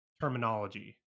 terminology